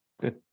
good